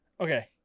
Okay